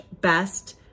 best